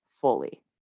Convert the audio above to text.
fully